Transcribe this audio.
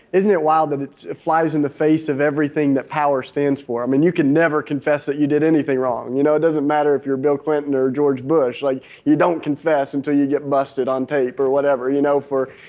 isn't it wild that it flies in the face of everything that power stands for? i mean, you can never confess that you did anything wrong. you know it doesn't matter if you're bill clinton or george bush, like you don't confess until you get busted on tape or whatever, you know for